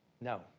No